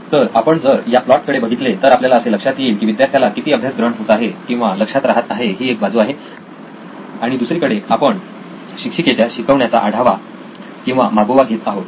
तर आपण जर या प्लॉट कडे बघितले तर आपल्याला असे लक्षात येईल की विद्यार्थ्याला किती अभ्यास ग्रहण होत आहे किंवा लक्षात राहत आहे ही एक बाजू आहे आणि दुसरीकडे आपण शिक्षिकेच्या शिकवण्याच्या वेगाचा आढावा किंवा मागोवा घेत आहोत